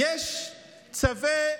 יש צווי